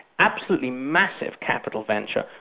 absolutely massive capital venture,